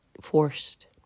forced